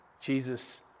Jesus